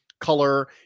color